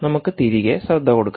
നമുക്ക് തിരികെ ശ്രദ്ധ കൊടുക്കാം